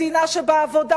מדינה שבה עבודה,